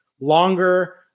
longer